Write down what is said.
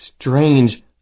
strange